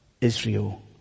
Israel